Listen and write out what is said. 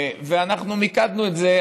ואנחנו מיקדנו את זה.